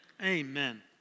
Amen